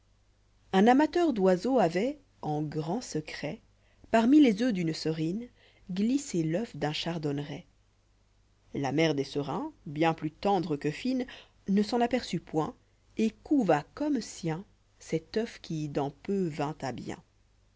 vh amateur d'oiseaux avoit en grand secret parmi les oeufs d'une serine glissé l'oeuf d'un chardonneret la mère dès serins bien plus tendre que fine ne s'en aperçut point et couva comme sien cet oeuf qui dans peu vint à bien